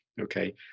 okay